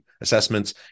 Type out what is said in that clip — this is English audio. assessments